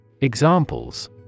Examples